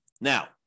Now